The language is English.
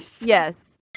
Yes